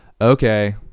okay